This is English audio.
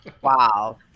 Wow